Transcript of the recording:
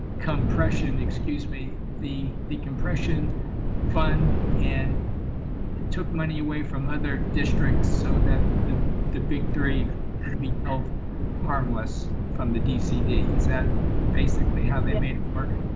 compression, excuse me, the the compression fund and took money away from other districts. so that the the big three that would be held harmless from the dcd is that basically how they made it work?